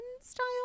style